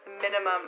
minimum